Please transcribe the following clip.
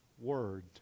word